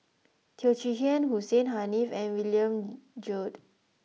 Teo Chee Hean Hussein Haniff and William Goode